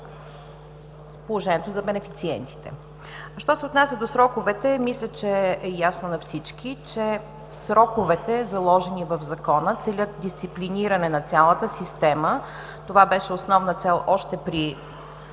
положението за бенефициентите.